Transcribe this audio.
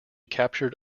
captured